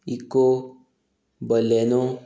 eco Baleno